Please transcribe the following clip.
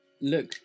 look